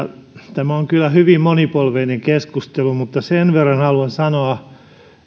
tämä on kyllä hyvin monipolvinen keskustelu mutta sen verran haluan sanoa